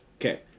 Okay